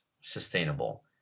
sustainable